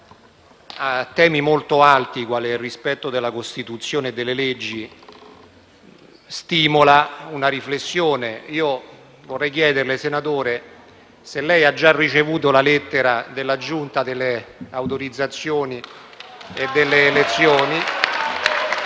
a temi molto alti, quale il rispetto della Costituzione e delle leggi, stimola una riflessione. Io vorrei chiederle, senatore D'Alfonso, se lei ha già ricevuto la lettera della Giunta per le elezioni e le immunità